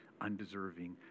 undeserving